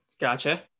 gotcha